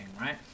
right